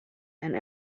and